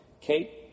Kate